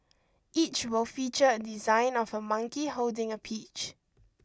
each will feature a design of a monkey holding a peach